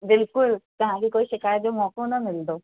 बिल्कुलु तव्हांखे कोई शिकायत जो मौक़ो न मिलंदो